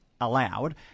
allowed